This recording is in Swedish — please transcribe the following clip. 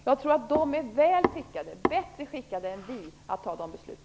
Jag tror att de kommunala politikerna är bättre skickade än vi att fatta dessa beslut.